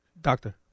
Doctor